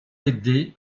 aidés